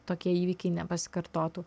tokie įvykiai nepasikartotų